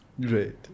Great